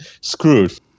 screwed